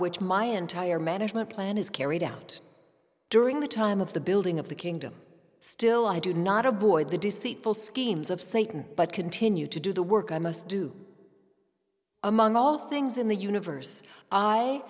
which my entire management plan is carried out during the time of the building of the kingdom still i do not avoid the deceitful schemes of satan but continue to do the work i must do among all things in the universe i